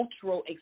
cultural